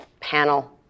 panel